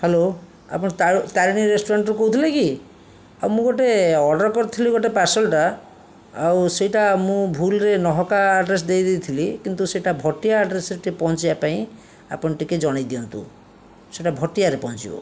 hello ଆପଣ ତାରିଣୀ ରେଷ୍ଟୁରାଣ୍ଟ୍ରୁ କହୁଥିଲେ କି ମୁଁ ଗୋଟିଏ ଅର୍ଡ଼ର କରିଥିଲି ଗୋଟିଏ ପାର୍ସଲ୍ଟା ଆଉ ସେଇଟା ମୁଁ ଭୁଲ୍ରେ ନହକା ଆଡ୍ରେସ ଦେଇଦେଇଥିଲି କିନ୍ତୁ ସେଇଟା ଭଟିଆ ଆଡ୍ରେସରେ ଟିକିଏ ପହଞ୍ଚିବା ପାଇଁ ଆପଣ ଟିକିଏ ଜଣାଇଦିଅନ୍ତୁ ସେଇଟା ଭଟିଆରେ ପହଞ୍ଚିବ